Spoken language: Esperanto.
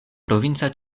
provinca